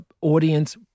audience